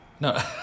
No